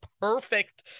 perfect